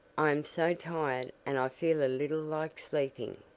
i am so tired and i feel a little like sleeping.